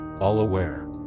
all-aware